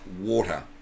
water